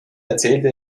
erzählte